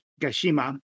Gashima